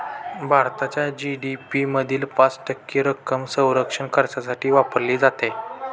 भारताच्या जी.डी.पी मधील पाच टक्के रक्कम संरक्षण खर्चासाठी वापरली जाते